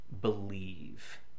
believe